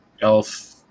elf